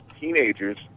teenagers